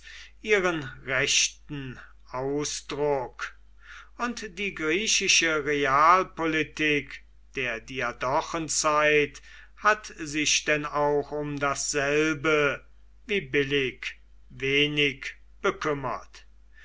ihren rechten ausdruck und die griechische realpolitik der diadochenzeit hat sich denn auch um dasselbe wie billig wenig bekümmert